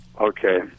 Okay